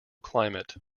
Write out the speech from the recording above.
climate